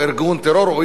או איש תומך טרור.